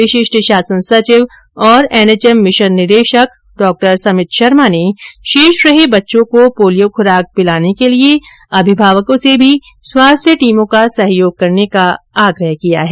विशिष्ट शासन सचिव और एनएचएम मिशन निदेशक डॉ समित शर्मा ने शेष रहे बच्चों को पोलियो खुराक पिलाने के लिये अभिभावकों से भी स्वास्थ्य टीमों का सहयोग करने का आग्रह किया है